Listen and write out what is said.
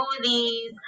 smoothies